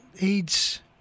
AIDS